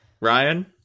Ryan